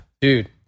Dude